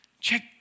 check